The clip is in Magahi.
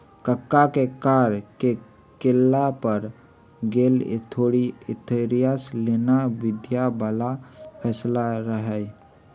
कक्का के कार के किनला पर गैप इंश्योरेंस लेनाइ बुधियारी बला फैसला रहइ